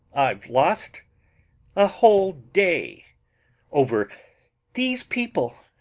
i ve lost a whole day over these people,